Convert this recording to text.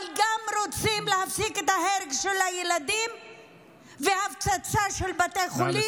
אבל גם רוצים להפסיק את ההרג של הילדים וההפצצה של בתי חולים,